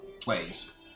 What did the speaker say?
plays